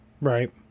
Right